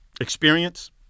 experience